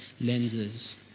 lenses